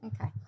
Okay